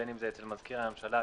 בין אם אצל מזכיר הממשלה,